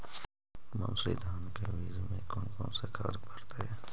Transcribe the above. मंसूरी धान के बीज में कौन कौन से खाद पड़तै?